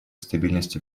стабильности